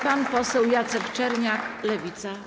Pan poseł Jacek Czerniak, Lewica.